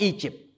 Egypt